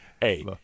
Hey